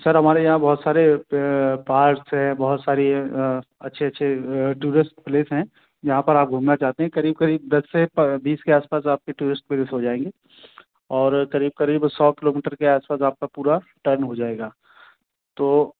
sir हमारे यहाँ बहुत सारे पार्ट्स हैं बहुत सारी अच्छे अच्छे टूरेस्ट प्लेस है जहाँ पर आप घूमना चाहते हैं क़रीब क़रीब दस से प बीस के आस पास आपके टूरिस्ट प्लेस हो जाएँगे और क़रीब क़रीब सौ किलोमीटर के आस पास आपका पूरा टर्न हो जाएगा तो